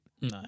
No